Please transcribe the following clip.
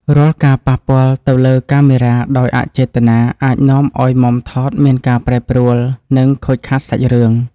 រាល់ការប៉ះពាល់ទៅលើកាមេរ៉ាដោយអចេតនាអាចនាំឱ្យមុំថតមានការប្រែប្រួល និង ខូចខាតសាច់រឿង។